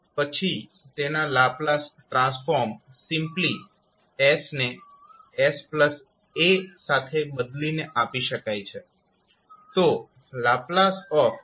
પછી તેના Laplace transform simply 𝑠 ને 𝑠𝑎 સાથે બદલીને આપી શકાય છે